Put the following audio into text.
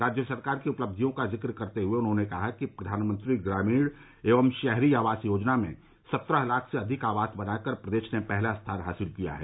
राज्य सरकार की उपलब्धियों का जिक्र करते हुए उन्होंने कहा कि प्रधानमंत्री ग्रामीण एवं शहरी आवास योजना में सत्रह लाख से अधिक आवास बनाकर प्रदेश ने पहला स्थान हासिल किया है